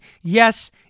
Yes